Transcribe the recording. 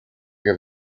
que